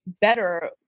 better